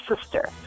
sister